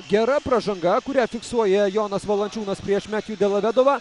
gera pražanga kurią fiksuoja jonas valančiūnas prieš metjų delovedovą